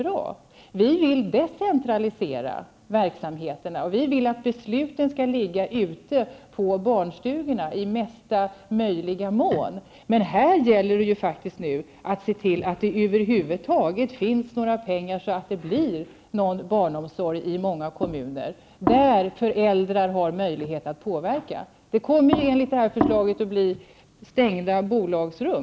Vi i vänsterpartiet vill decentralisera verksamheterna, och vi vill att besluten i mesta möjliga mån skall ligga ute på barnstugorna. Men här gäller det att se till att det över huvud taget finns några pengar så att det i många kommuner blir någon barnomsorg där föräldrar har möjlighet att påverka. Enligt det här förslaget kommer det att bli stängda bolagsrum.